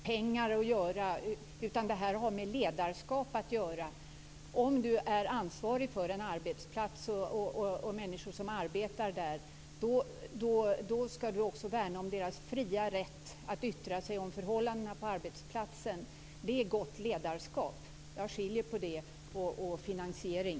Fru talman! Detta har inte med pengar att göra. Det har med ledarskap att göra. Om man är ansvarig för en arbetsplats och människor som arbetar där skall man också värna om deras fria rätt att yttra sig om förhållandena på arbetsplatsen. Det är gott ledarskap. Jag skiljer på det och finansiering.